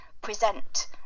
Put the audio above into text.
present